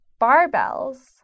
barbells